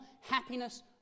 happiness